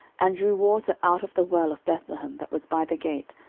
and drew water out of the well of bethlehem, that was by the gate,